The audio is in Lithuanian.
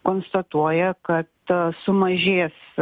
konstatuoja kad sumažės